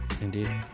Indeed